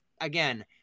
Again